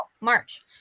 March